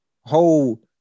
whole